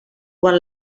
quan